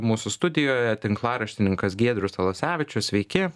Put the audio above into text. mūsų studijoje tinklaraštininkas giedrius alasevičius sveiki